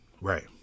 Right